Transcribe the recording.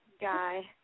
guy